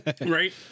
Right